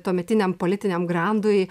tuometiniam politiniam grandui